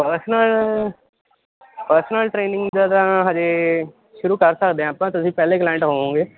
personal personal training ਜਿੱਦਾਂ ਹਜੇ ਸ਼ੁਰੂ ਕਰ ਸਕਦੇ ਹਾਂ ਆਪਾਂ ਤੁਸੀਂ ਪਹਿਲੇ ਕਲਾਇੰਟ ਹੋਵੋਂਗੇ